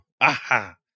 Aha